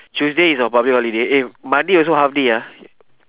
tuesday is a public holiday eh monday also half day ah